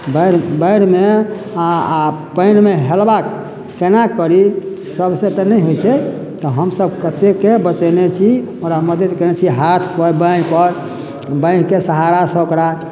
बाढ़ि बाढ़िमे आ पानिमे हेलबाक केना करी सभसे तऽ नहि होइ छै तऽ हमसभ कतेकके बचेने छी ओकरा मदद केने छी हाथ पर बाँहि बाँहि सहारासँ ओकरा